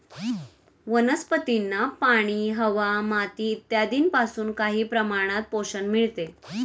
वनस्पतींना पाणी, हवा, माती इत्यादींपासून काही प्रमाणात पोषण मिळते